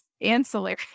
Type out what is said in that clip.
ancillary